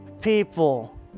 people